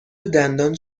دندان